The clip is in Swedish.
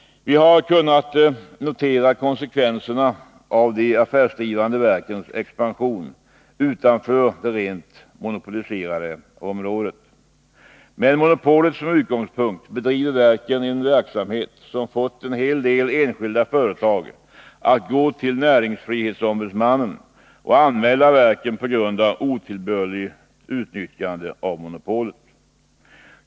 Vi har kunnat notera konsekvenserna av de affärsdrivande verkens expansion utanför det rent monopoliserade området. Med monopolet som utgångspunkt bedriver verken en verksamhet som fått en hel del enskilda företag att gå till näringsfrihetsombudsmannen och anmäla verken på grund av otillbörligt utnyttjande av monopolet.